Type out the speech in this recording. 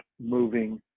moving